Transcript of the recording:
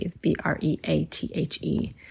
B-R-E-A-T-H-E